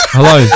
Hello